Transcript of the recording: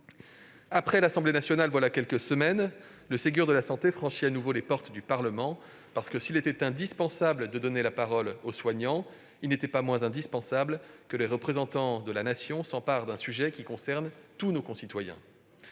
Après l'Assemblée nationale voilà quelques semaines, le Ségur de la santé franchit donc à nouveau les portes du Parlement. S'il était indispensable de donner la parole aux soignants, il ne l'était pas moins que les représentants de la Nation s'emparent d'un sujet qui concerne tous nos concitoyens.